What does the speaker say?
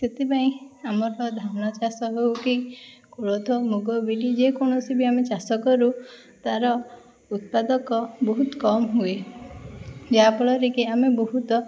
ସେଥିପାଇଁ ଆମର ଧାନ ଚାଷ ହେଉ କି କୋଳଥ ମୁଗ ବିରି ଯେକୌଣସି ବି ଆମେ ଚାଷ କରୁ ତାର ଉତ୍ପାଦକ ବହୁତ କମ୍ ହୁଏ ଯାହାଫଳରେ କି ଆମେ ବହୁତ